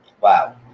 Wow